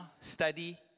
study